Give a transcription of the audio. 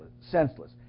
senseless